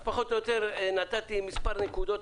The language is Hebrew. אז פחות או יותר נתתי מספר נקודות,